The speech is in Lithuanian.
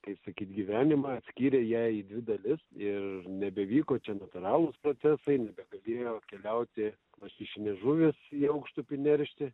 kai sakyti gyvenimą skyrė jai dvi dalis ir nebevyko čia natūralūs procesai nebegalėjo keliauti lašišinės žuvys į aukštupį neršti